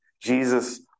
Jesus